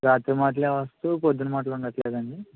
రాత్రి మాట్లే వస్తూ పొద్దున్న మాట్లు ఉండట్లేదా అండీ